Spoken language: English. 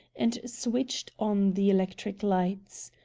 and switched on the electric lights.